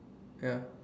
ya